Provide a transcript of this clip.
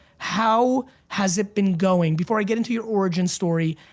how has it been going? before i get into your origin story,